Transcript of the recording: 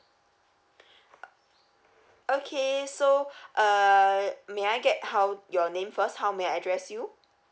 okay so uh may I get how your name first how may I address you